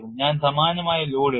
ഞാൻ സമാനമായ ലോഡ് ഇടും